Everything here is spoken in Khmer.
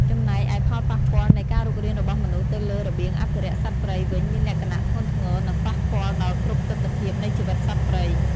ចំណែកឯផលប៉ះពាល់នៃការរុករានរបស់មនុស្សទៅលើរបៀងអភិរក្សសត្វព្រៃវិញមានលក្ខណៈធ្ងន់ធ្ងរ និងប៉ះពាល់ដល់គ្រប់ទិដ្ឋភាពនៃជីវិតសត្វព្រៃ។